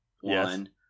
one